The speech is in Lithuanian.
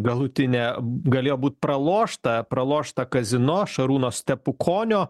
galutinė galėjo būt pralošta pralošta kazino šarūno stepukonio